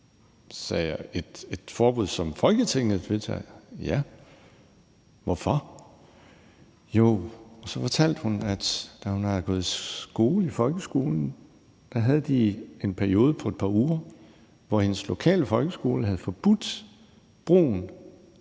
sagde jeg: Et forbud, som Folketinget vedtager? Ja, svarede hun. Hvorfor? spurgte jeg. Så fortalte hun, at da hun havde gået i skole i folkeskolen, havde de en periode på et par uger, hvor hendes lokale folkeskole havde forbudt brugen